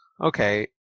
Okay